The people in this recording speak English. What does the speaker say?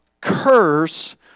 curse